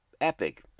epic